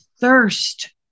thirst